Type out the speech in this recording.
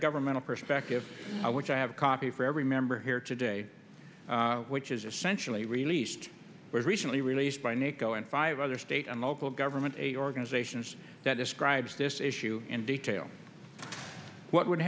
governmental perspective i want to have a copy for every member here today which is essentially released was recently released by nato and five other state and local government aid organizations that describes this issue in detail what would